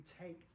take